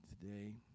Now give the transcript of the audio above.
today